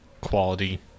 quality